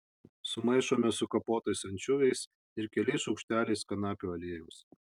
sumaišome su kapotais ančiuviais ir keliais šaukšteliais kanapių aliejaus